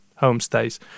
Homestays